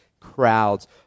Crowds